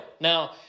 Now